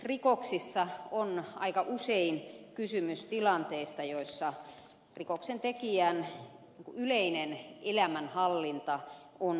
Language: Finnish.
eläinsuojelurikoksissa on aika usein kysymys tilanteista joissa rikoksentekijän yleinen elämänhallinta on heikkoa